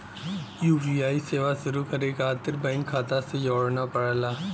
UPI सेवा शुरू करे खातिर बैंक खाता से जोड़ना पड़ला